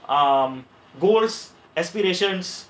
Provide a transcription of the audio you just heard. um goals aspirations